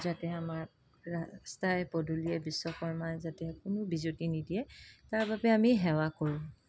যাতে আমাক ৰাস্তাই পদূলিয়ে বিশ্বকৰ্মাই যাতে কোনো বিজুতি নিদিয়ে তাৰ বাবে আমি সেৱা কৰোঁ